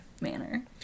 manner